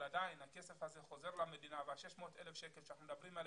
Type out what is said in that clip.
אבל עדיין הכסף הזה חוזר למדינה וה-600,000 שקלים עליהם אנחנו מדברים,